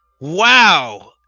wow